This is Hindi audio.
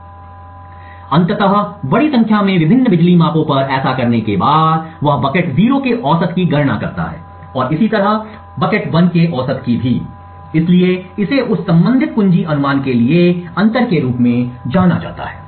इसलिए अंततः बड़ी संख्या में विभिन्न बिजली मापों पर ऐसा करने के बाद वह बाल्टी 0 के औसत की गणना करता है और बाल्टी 1 का औसत इसलिए इसे उस संबंधित कुंजी अनुमान के लिए अंतर के रूप में जाना जाता है